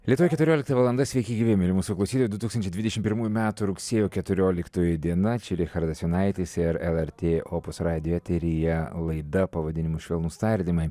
lietuvoje keturiolikta valanda sveiki gyvi mieli mūsų klausytojai du tūkstančiai dvidešimt pirmųjų metų rugsėjo keturioliktoji diena čia richardas jonaitis ir lrt opus radijo eteryje laida pavadinimu švelnūs tardymai